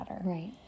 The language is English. right